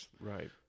Right